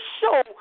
show